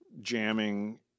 jamming